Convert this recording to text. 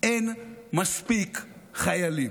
אין מספיק חיילים.